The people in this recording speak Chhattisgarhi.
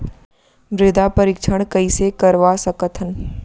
मृदा परीक्षण कइसे करवा सकत हन?